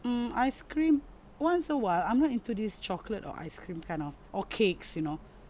mm ice cream once a while I'm not into these chocolate or ice cream kind of or cakes you know